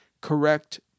correct